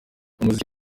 muziki